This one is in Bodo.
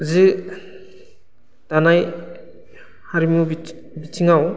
सि दानाय हारिमु बिथिङाव